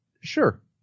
Sure